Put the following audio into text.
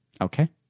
Okay